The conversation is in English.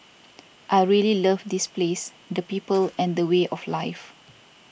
I really love this place the people and the way of life